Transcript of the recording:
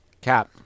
Cap